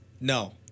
No